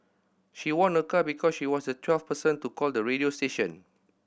she won a car because she was the twelfth person to call the radio station